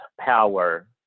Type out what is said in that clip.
power